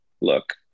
look